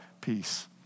peace